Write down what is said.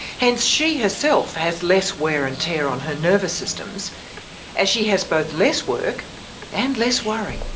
hence she herself has less wear and tear on her nervous systems as she has both less work and less worry